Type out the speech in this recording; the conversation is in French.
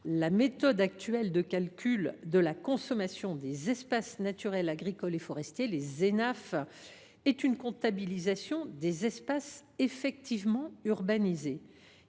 La méthode actuelle de calcul de la consommation des espaces naturels, agricoles et forestiers repose sur la comptabilisation des espaces effectivement urbanisés.